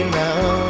now